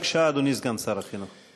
בבקשה, אדוני סגן שר החינוך.